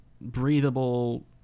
breathable